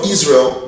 Israel